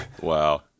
Wow